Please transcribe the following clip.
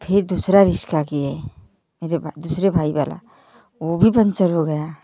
तो फिर दूसरा रिक्शा किए मेरे भाई दूसरे भाई वाला वो भी पंचर हो गया